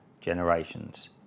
generations